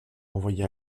envoyées